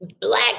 black